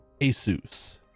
ASUS